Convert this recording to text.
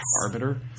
arbiter